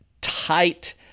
tight